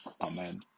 Amen